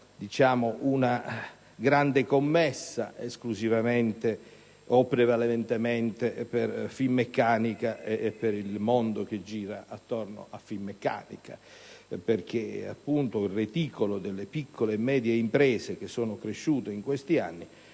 una grande commessa esclusivamente o prevalentemente per Finmeccanica ed il mondo che gira attorno a questa società, affinché il reticolo delle piccole e medie imprese cresciute in questi anni